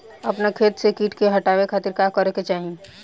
अपना खेत से कीट के हतावे खातिर का करे के चाही?